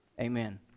Amen